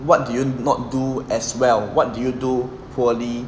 what do you not do as well what do you do poorly